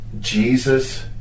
jesus